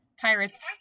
Pirates